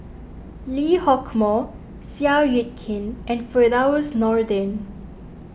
Lee Hock Moh Seow Yit Kin and Firdaus Nordin